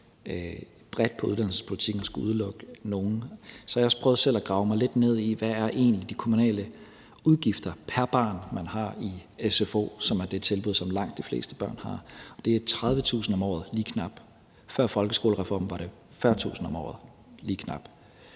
bredt på uddannelsespolitikken at skulle udelukke nogen. Så har jeg også prøvet selv at grave mig lidt ned i, hvad de kommunale udgifter egentlig er pr. barn, man har i sfo'en, som er det tilbud, som langt de fleste børn har, og det er lige knap 30.000 kr. om året. Før folkeskolereformen var det lige knap